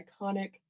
iconic